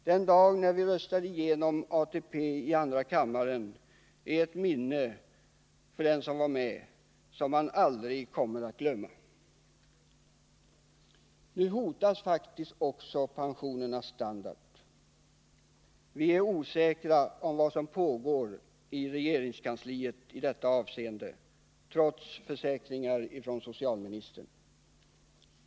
Den dagen när vi röstade igenom ATP i andra kammaren är för den som då var med något som man aldrig kommer att glömma. Nu hotas faktiskt pensionernas standard. Vi är, trots försäkringar från socialministern, osäkra om vad som pågår i regeringskansliet i detta avseende.